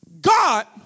God